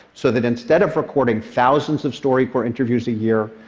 so that instead of recording thousands of storycorps interviews a year,